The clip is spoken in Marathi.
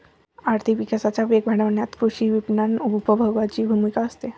आर्थिक विकासाचा वेग वाढवण्यात कृषी विपणन उपभोगाची भूमिका असते